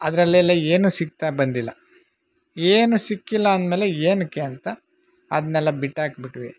ಅದರಲ್ಲೆಲ್ಲ ಏನೂ ಸಿಗ್ತಾ ಬಂದಿಲ್ಲ ಏನೂ ಸಿಕ್ಕಿಲ್ಲ ಅಂದ ಮೇಲೆ ಏನಕ್ಕೆ ಅಂತ ಅದನ್ನೆಲ್ಲ ಬಿಟ್ಟಾಕಿ ಬಿಟ್ವಿ